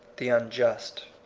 the unjust.